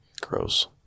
Gross